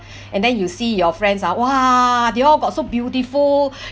and then you see your friends ah !wah! they all got so beautiful